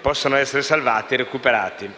possano essere salvati e recuperati